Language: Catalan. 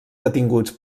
detinguts